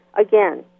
again